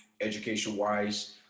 education-wise